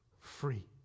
free